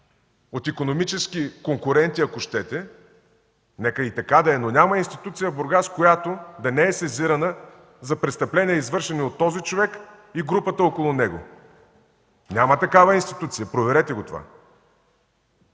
от икономически конкуренти, ако щете, нека и така да е, но няма институция в Бургас, която да не е сезирана за престъпления, извършени от този човек и групата около него. Няма такава институция, проверете го това!